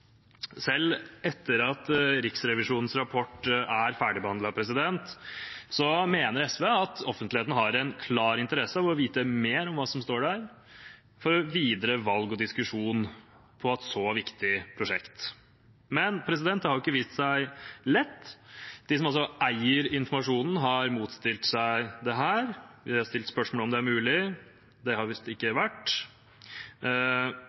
Selv etter at Riksrevisjonens rapport er ferdigbehandlet, mener SV at offentligheten har en klar interesse av å vite mer om hva som står der, for videre valg og diskusjon rundt et så viktig prosjekt. Men det har jo ikke vist seg lett. De som altså eier informasjonen, har motsatt seg dette, de har stilt spørsmål ved om det er mulig, og det har det visst ikke